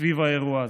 סביב האירוע הזה,